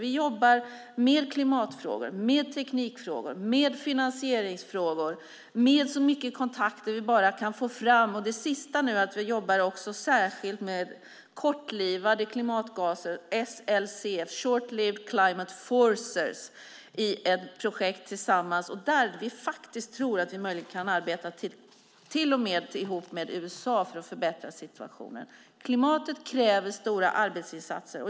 Vi jobbar med klimatfrågor, med teknikfrågor, med finansieringsfrågor och med så mycket kontakter vi kan få fram. Det sista är nu att vi jobbar särskilt med frågor om kortlivade klimatgaser, SLC, short-lived climate forces, i ett projekt. Där tror vi faktiskt att vi möjligen kan arbeta tillsammans med till och med USA för att förbättra situationen. Klimatet kräver stora arbetsinsatser.